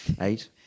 eight